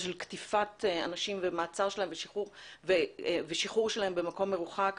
של קטיפת אנשים והמעצר שלהם ושחרור שלהם במקום מרוחק.